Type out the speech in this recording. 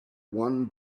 one